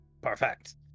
perfect